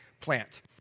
plant